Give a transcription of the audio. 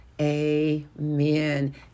amen